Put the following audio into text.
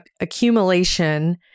accumulation